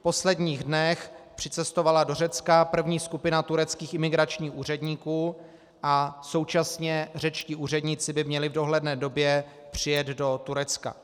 V posledních dnech přicestovala do Řecka první skupina tureckých imigračních úředníků a současně by řečtí úředníci měli v dohledné době přijet do Turecka.